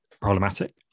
problematic